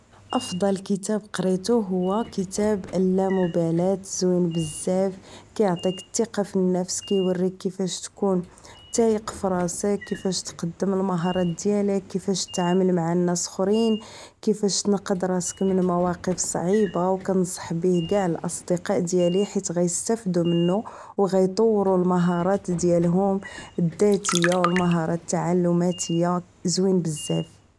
افضل كتاب قريته وهو كتاب الامبالاة زوين بزاف كيعطيك التقة فالنفس كيوريك كيفاش تكون تايق فراسك كيفاش تقدم المهارات ديالك كيفاش تعامل مع ناس خرين كيفاش تنقد راسك من مواقف صعيبة و كنصح به كاع الاصدقاء ديالي حيت غيستافدو منه و غيطورو المهارات ديالهم الذاتية و المهارات التعلماتية زوين بزاف